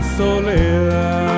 soledad